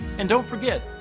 and don't forget,